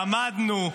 למדנו,